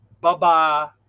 Bye-bye